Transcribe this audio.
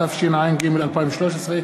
התשע"ג 2013,